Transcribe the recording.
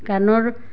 গানৰ